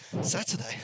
Saturday